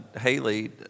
Haley